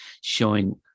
showing